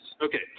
Okay